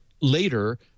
later